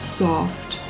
soft